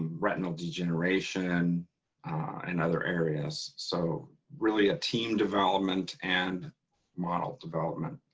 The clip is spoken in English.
retinal degeneration and other areas. so really a team development and model development.